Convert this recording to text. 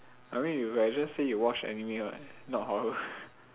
I mean you can just say you watch anime what not horror